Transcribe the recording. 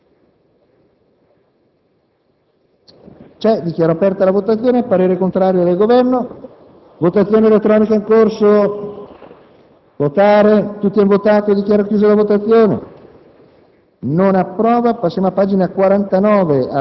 qui si dice che chi ha avuto....